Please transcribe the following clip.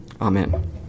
Amen